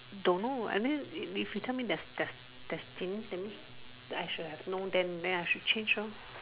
don't know I mean if you tell me there's there's there's then means I should have know then I should change lor